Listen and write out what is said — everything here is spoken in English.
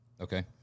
okay